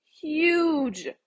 huge